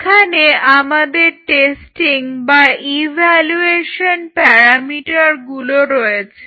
এখানে আমাদের টেস্টিং বা ইভ্যালুয়েশন প্যারামিটারগুলো রয়েছে